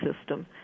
system